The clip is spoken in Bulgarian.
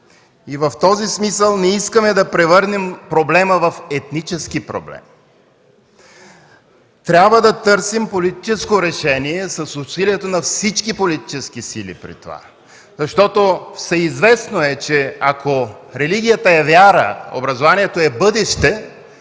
и в този смисъл не искаме да превърнем проблема в етнически проблем. Трябва да търсим политическо решение при това с усилията на всички политически сили, защото всеизвестно е, че ако религията е вяра, образованието е бъдеще,